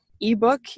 ebook